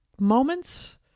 moments